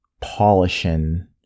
polishing